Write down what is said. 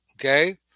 okay